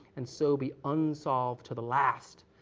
and so be unsolved to the last.